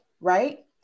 right